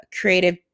creative